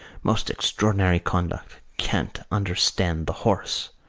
most extraordinary conduct! can't understand the horse